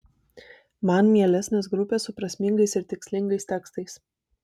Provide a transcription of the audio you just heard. man mielesnės grupės su prasmingais ir tikslingais tekstais